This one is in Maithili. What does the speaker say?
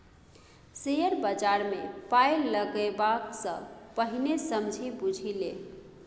शेयर बजारमे पाय लगेबा सँ पहिने समझि बुझि ले